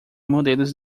modelos